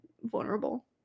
vulnerable